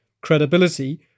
credibility